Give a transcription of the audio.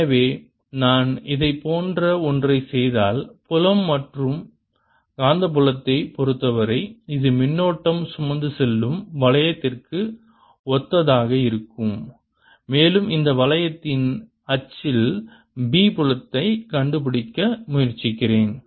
எனவே நான் இதேபோன்ற ஒன்றைச் செய்தால் புலம் மற்றும் காந்தப்புலத்தைப் பொறுத்தவரை இது மின்னோட்டம் சுமந்து செல்லும் வளையத்திற்கு ஒத்ததாக இருக்கும் மேலும் இந்த வளையத்தின் அச்சில் B புலத்தைக் கண்டுபிடிக்க முயற்சிக்கிறேன்